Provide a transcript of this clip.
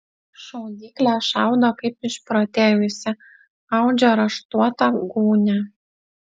šaudyklė šaudo kaip išprotėjusi audžia raštuotą gūnią